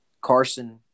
Carson